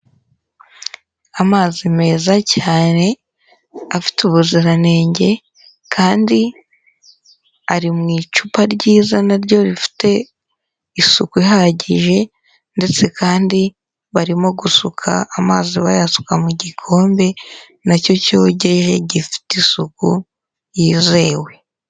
Amazi meza cyane afite ubuziranenge kandi ari mu icupa ryiza na ryo rifite isuku ihagije ndetse kandi barimo gusuka amazi, bayasuka mu gikombe na cyo cyogeje gifite isuku yizewe.